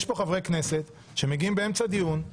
יש פה חברי כנסת שמגיעים באמצע דיון,